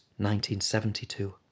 1972